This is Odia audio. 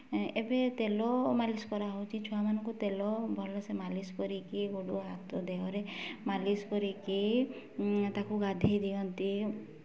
ଏବେ ତେଲ ମାଲିସ କରାହେଉଛି ଛୁଆମାନକଙ୍କୁ ତେଲ ଭଲସେ ମାଲିସ କରିକି ଗୋଡ ହାତ ଦେହରେ ମାଲିସ କରିକି ତାକୁ ଗାଧୋଇ ଦିଅନ୍ତି